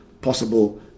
possible